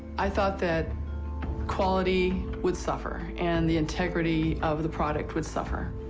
i thought that quality would suffer and the integrity of the product would suffer.